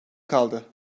kaldı